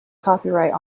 copyright